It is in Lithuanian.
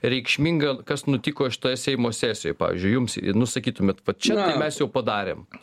reikšminga kas nutiko šitoje seimo sesijoj pavyzdžiui jums nu sakytumėt va čia tai mes jau padarėm